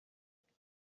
شیرین